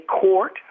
court